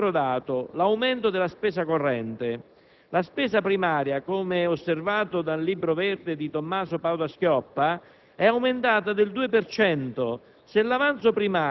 Dal lato della spesa pubblica, inoltre, emerge il dato dell'aumento della spesa corrente. La spesa primaria, come osservato nel Libro verde di Tommaso Padoa-Schioppa,